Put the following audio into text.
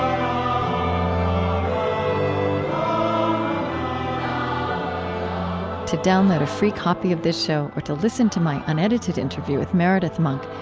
um to download a free copy of this show or to listen to my unedited interview with meredith monk,